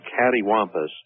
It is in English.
cattywampus